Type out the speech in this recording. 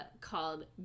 called